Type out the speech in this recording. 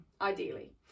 ideally